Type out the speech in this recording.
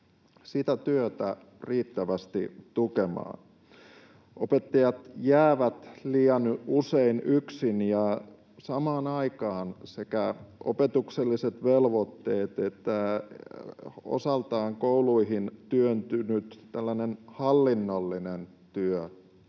sitä työtä riittävästi tukemaan. Opettajat jäävät liian usein yksin, ja samaan aikaan sekä opetukselliset velvoitteet että osaltaan kouluihin työntynyt tällainen hallinnollinen työ